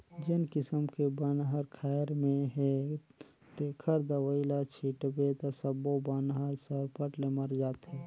जेन किसम के बन हर खायर में हे तेखर दवई ल छिटबे त सब्बो बन हर सरपट ले मर जाथे